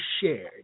shared